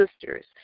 sisters